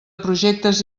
projectes